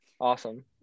awesome